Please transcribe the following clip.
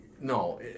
No